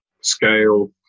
scale